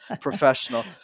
professional